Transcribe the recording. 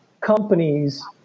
companies